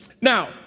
Now